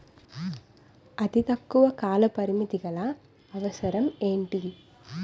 అతి తక్కువ కాల పరిమితి గల అవసరం ఏంటి